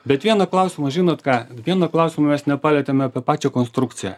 bet vieno klausimo žinot ką vieno klausimo mes nepalietėm apie pačią konstrukciją